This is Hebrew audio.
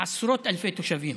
עשרות אלפי תושבים,